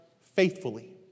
faithfully